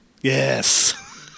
Yes